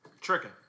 Tricking